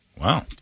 Wow